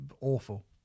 awful